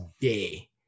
day